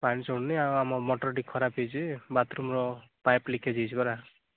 ପାଣି ଚଢୁନି ଆଉ ମଟରଟି ଖରାପ ହେଇଛି ବାଥ୍ରୁମ୍ ର ପାଇପ୍ ଲିକେଜ୍ ହେଇଛି ପରା